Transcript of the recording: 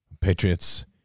Patriots